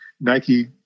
Nike